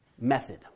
method